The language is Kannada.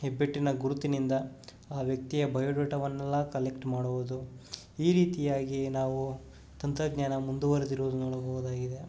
ಹೆಬ್ಬಿಟ್ಟಿನ ಗುರುತಿನಿಂದ ಆ ವ್ಯಕ್ತಿಯ ಬಯೋಡೇಟಾವನ್ನೆಲ್ಲ ಕಲೆಕ್ಟ್ ಮಾಡುವುದು ಈ ರೀತಿಯಾಗಿ ನಾವು ತಂತ್ರಜ್ಞಾನ ಮುಂದುವರೆದಿರುವುದು ನೋಡಬಹುದಾಗಿದೆ